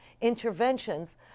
interventions